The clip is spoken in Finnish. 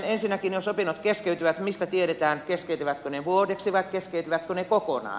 ensinnäkin jos opinnot keskeytyvät mistä tiedetään keskeytyvätkö ne vuodeksi vai keskeytyvätkö ne kokonaan